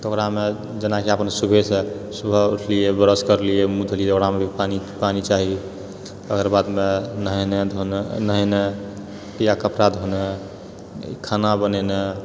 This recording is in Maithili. तऽ ओकरामे जेनाकि अपन सुबहसँ सुबह उठलिऐ ब्रश करलिऐ मुँह धोलिऐ तऽ ओकरामे भी पानि चाही अगर बादमे नहेनाइ धोनाए नहेनाइ या कपड़ा धोनाइ खाना बनेनाइ